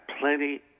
plenty